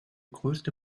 größte